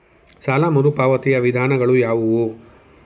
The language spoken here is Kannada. ಸಾಲ ಮರುಪಾವತಿಯ ವಿಧಾನಗಳು ಯಾವುವು?